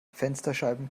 fensterscheiben